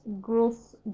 growth